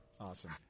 Awesome